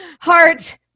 heart